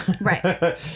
Right